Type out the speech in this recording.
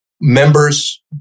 members